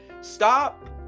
Stop